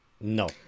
No